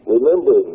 Remember